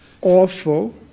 awful